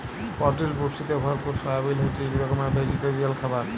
পরটিল পুষ্টিতে ভরপুর সয়াবিল হছে ইক রকমের ভেজিটেরিয়াল খাবার